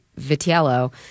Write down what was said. Vitello